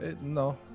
No